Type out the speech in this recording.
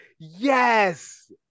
Yes